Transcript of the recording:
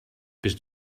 bist